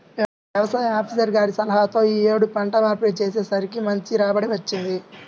యవసాయ ఆపీసర్ గారి సలహాతో యీ యేడు పంట మార్పిడి చేసేసరికి మంచి రాబడి వచ్చింది